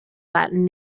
latin